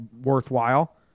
worthwhile